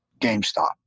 GameStop